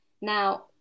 now